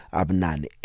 abnani